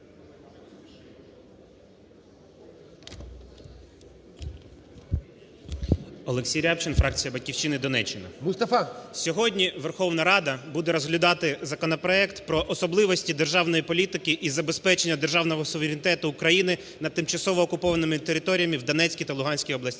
Олексій Рябчин, фракція "Батьківщина", Донеччина. ГОЛОВУЮЧИЙ. Мустафа. РЯБЧИН О.М. Сьогодні Верховна Рада буде розглядати законопроект про особливості державної політики із забезпечення державного суверенітету України над тимчасово окупованими територіями в Донецькій та Луганській областях.